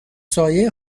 سایه